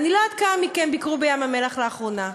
אני לא יודעת כמה מכם ביקרו בים-המלח לאחרונה,